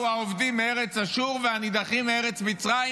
האבדים בארץ אשור והנדחים בארץ מצרים"